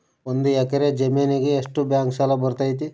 ಒಂದು ಎಕರೆ ಜಮೇನಿಗೆ ಎಷ್ಟು ಬ್ಯಾಂಕ್ ಸಾಲ ಬರ್ತೈತೆ?